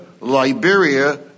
Liberia